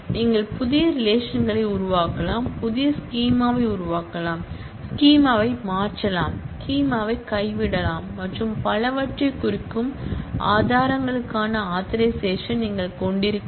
நீங்கள் புதிய ரிலேஷன்களை உருவாக்கலாம் புதிய ஸ்கிமாவை உருவாக்கலாம் ஸ்கிமாவை மாற்றலாம் ஸ்கிமாவை கைவிடலாம் மற்றும் பலவற்றைக் குறிக்கும் ஆதாரங்களுக்கான ஆதரைசேஷன் நீங்கள் கொண்டிருக்கலாம்